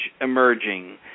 emerging